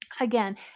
Again